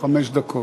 חמש דקות.